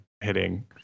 hitting